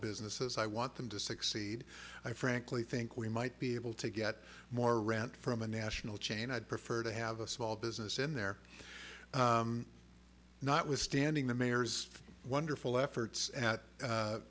businesses i want them to succeed i frankly think we might be able to get more rent from a national chain i'd prefer to have a small business in there not withstanding the mayor's wonderful efforts at